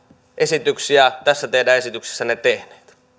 esityksiä tässä teidän esityksessänne tehneet